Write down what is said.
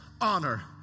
honor